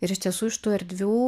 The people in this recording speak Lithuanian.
ir iš tiesų iš tų erdvių